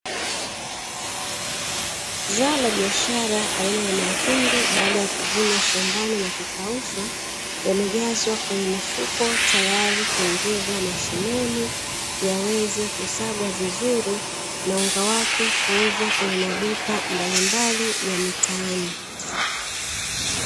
Zao la biashara aina ya mahindi baada ya kuvunwa shambani na kukaushwa, yamejazwa kwenye mifuko tayari kuingizwa mashineni yaweze kusagwa vizuri, na unga wake kuuzwa kwenye maduka mbalimbali ya mitaani.